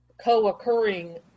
co-occurring